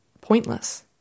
pointless